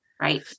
Right